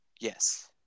Yes